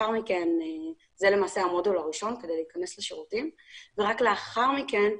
זה למעשה המודול הראשון כדי להיכנס לשירותים ורק לאחר מכן,